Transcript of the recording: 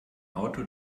auto